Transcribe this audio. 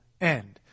end